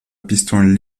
piston